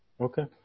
Okay